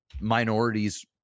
minorities